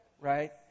right